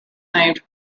named